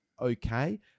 okay